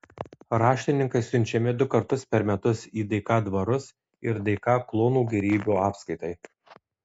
raštininkai siunčiami du kartus per metus į dk dvarus ir dk kluonų gėrybių apskaitai